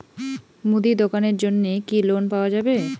মুদি দোকানের জন্যে কি লোন পাওয়া যাবে?